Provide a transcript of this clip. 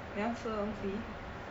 你要吃东西